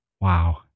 wow